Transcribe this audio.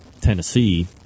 Tennessee